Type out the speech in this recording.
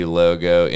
logo